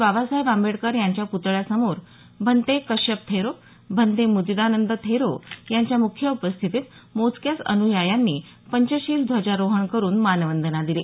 बाबासाहेब आंबेडकर यांच्या प्तळ्या समोर भन्ते कश्यप थेरो भन्ते मुदितानंद थेरो यांच्या मुख्य उपस्थितीत मोजक्याच अन्यायांनी पंचशील ध्वजारोहण करुन मानवंदना दिली